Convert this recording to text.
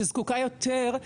שזקוקה יותר,